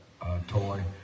toy